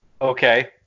Okay